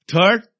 Third